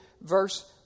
verse